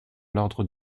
l’ordre